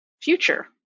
future